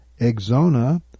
Exona